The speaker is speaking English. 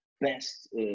best –